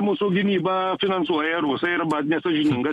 mūsų gynybą finansuoja rusai arba nesąžiningas